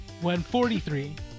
143